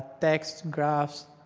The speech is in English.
texts, graphs,